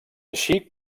així